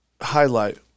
highlight